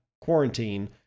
quarantine